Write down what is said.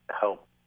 help